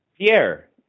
Pierre